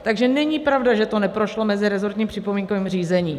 Takže není pravda, že to neprošlo meziresortním připomínkovým řízením.